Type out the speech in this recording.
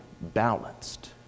balanced